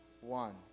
one